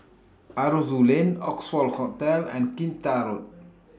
Aroozoo Lane Oxford Hotel and Kinta Road